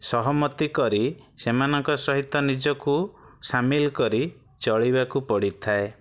ସହମତି କରି ସେମାନଙ୍କ ସହିତ ନିଜକୁ ସାମିଲ କରି ଚଳିବାକୁ ପଡ଼ିଥାଏ